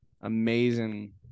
amazing